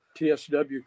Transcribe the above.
TSW